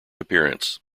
appearance